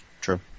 true